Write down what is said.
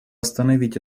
остановить